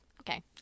okay